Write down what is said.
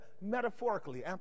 Metaphorically